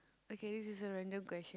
okay this is a random question